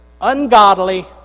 ungodly